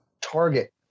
target